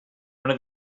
una